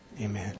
Amen